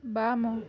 ବାମ